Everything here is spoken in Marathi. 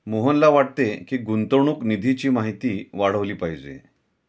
मोहनला वाटते की, गुंतवणूक निधीची माहिती वाढवली पाहिजे